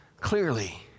clearly